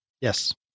yes